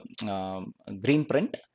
Greenprint